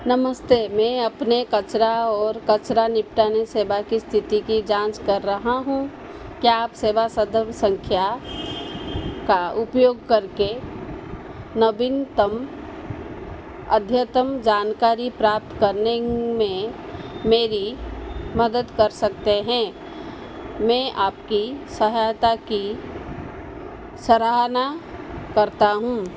नमस्ते मैं अपनी कचरा और कचरा निपटान सेवा की स्थिति की जाँच कर रहा हूँ क्या आप सेवा संदर्भ संख्या का उपयोग करके नवीनतम अद्यतम जानकारी प्राप्त करने में मेरी मदद कर सकते हैं मैं आपकी सहायता की सराहना करता हूँ